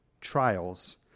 trials